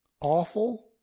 awful